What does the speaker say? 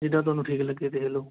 ਜਿੱਦਾਂ ਤੁਹਾਨੂੰ ਠੀਕ ਲੱਗੇ ਦੇਖਲੋ